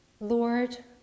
Lord